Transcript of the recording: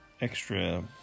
extra